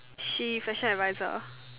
she fashion adviser